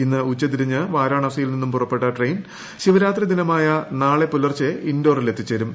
ഇന്ന് ഉച്ച തിരിഞ്ഞ് വരാണാസിയിൽ നിന്നും പുറപ്പെട്ട ട്രെയിൻ ശിവരാത്രി ദിനമായ നാളെ പുലർച്ചെ ഇൻഡോറിൽ എത്തിച്ചേരും